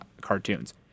cartoons